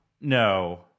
No